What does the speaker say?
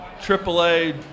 triple-A